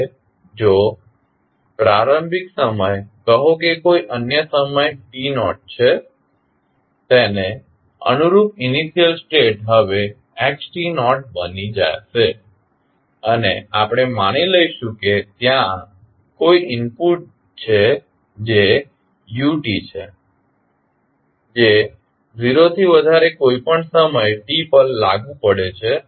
હવે જો પ્રારંભિક સમય કહો કે કોઈ અન્ય સમય t0છે તેને અનુરૂપ ઇનિશિયલ સ્ટેટ હવે x બની જશે અને આપણે માની લઈશું કે ત્યાં કોઈ ઇનપુટ છે જે u છે જે 0 થી વધારે કોઈપણ સમય t પર લાગુ પડે છે